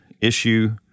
issue